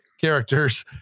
characters